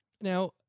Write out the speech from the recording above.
Now